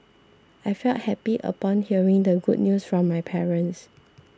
I felt happy upon hearing the good news from my parents